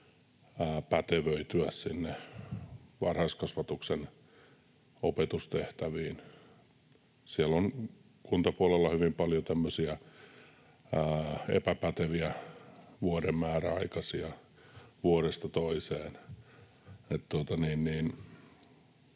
opiskelulla sinne varhaiskasvatuksen opetustehtäviin. Kuntapuolella on hyvin paljon epäpäteviä vuoden määräaikaisia vuodesta toiseen.